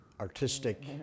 artistic